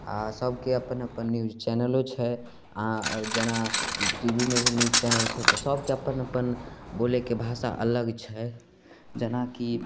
आओर सबके अपन अपन न्यूज चैनलो छै आओर जेना टी वी मे भी न्यूज चैनल छै तऽ सबके अपन अपन बोलैके भाषा अलग छै जेना कि